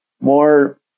more